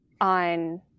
on